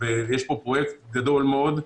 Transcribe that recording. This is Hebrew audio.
יש פה פרויקט גדול מאוד.